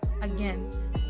again